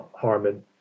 Harmon